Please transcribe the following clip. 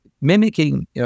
mimicking